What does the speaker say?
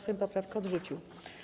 Sejm poprawkę odrzucił.